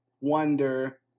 wonder